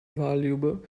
valuable